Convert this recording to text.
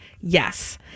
yes